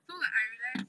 so like I realise